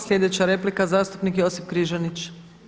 Sljedeća replika, zastupnik Josip Križanić.